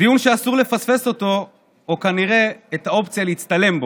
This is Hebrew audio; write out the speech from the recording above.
דיון שאסור לפספס, או כנראה את האופציה להצטלם בו.